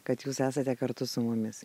kad jūs esate kartu su mumis